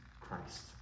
Christ